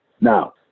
Now